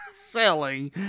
selling